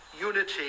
unity